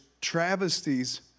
travesties